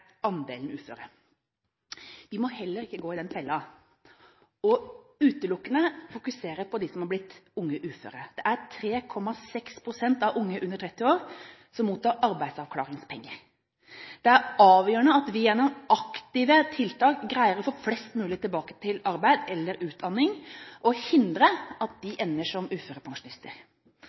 andelen uføre. Vi må heller ikke gå i den fella utelukkende å fokusere på de som har blitt unge uføre. Det er 3,6 pst. av unge under 30 år som mottar arbeidsavklaringspenger. Det er avgjørende at vi gjennom aktive tiltak greier å få flest mulig tilbake i arbeid eller utdanning og hindre at de ender som uførepensjonister.